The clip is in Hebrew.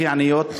הכי עניות.